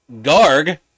Garg